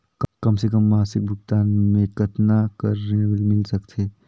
कम से कम मासिक भुगतान मे कतना कर ऋण मिल सकथे?